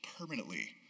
permanently